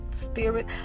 spirit